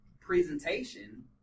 presentation